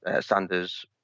Sanders